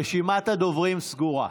רשימת הדוברים סגורה.